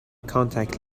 contact